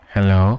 Hello